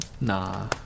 Nah